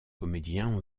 comédiens